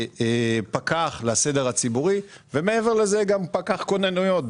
פקח לסדר הציבורי, ומעבר לזה גם פקח כוננויות.